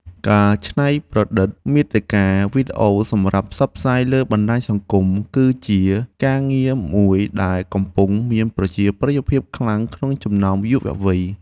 ការច្នៃប្រឌិតមាតិកាវីដេអូសម្រាប់ផ្សព្វផ្សាយលើបណ្តាញសង្គម គឺជាការងារមួយដែលកំពុងមានប្រជាប្រិយភាពខ្លាំងក្នុងចំណោមយុវវ័យ។